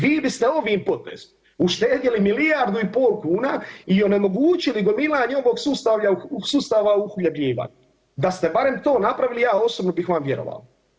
Vi biste ovim potezom uštedjeli milijardu i pol kuna i onemogućili gomilanje ovog sustavlja, sustava uhljebljivanja, da ste barem to napravili ja osobno bih vam vjerovao.